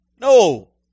No